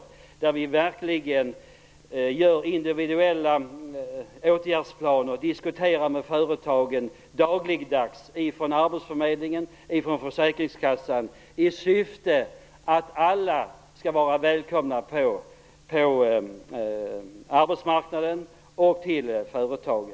Detta innebär att man från arbetsförmedlingarna och från försäkringskassan upprättar individuella åtgärdsplaner och dagligdags diskuterar med företagen i syfte att se till så att alla skall vara välkomna på arbetsmarknaden och till företagen.